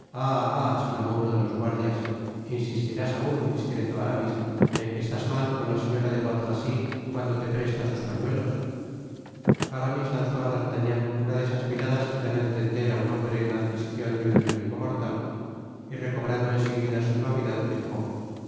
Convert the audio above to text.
esclamó uno de los guardias insistirás aun discreto aramis en que eatas mal con la señora de bois tracy cuando te presta sus pañuelos aramis lanzó á d'artagnan una de esas miradas que dan á entender á un hombre la adquisicion de un enemigo mortal y recobrando en seguida su suavidad dijo